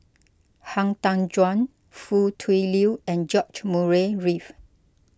Han Tan Juan Foo Tui Liew and George Murray Reith